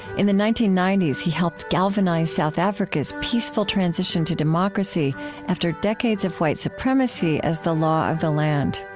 in the nineteen ninety s, he helped galvanize south africa's peaceful transition to democracy after decades of white supremacy as the law of the land.